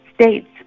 states